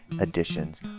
editions